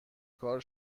کار